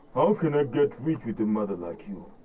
how can i get rich with a mother like you?